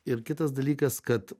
ir kitas dalykas kad